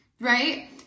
right